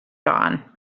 dawn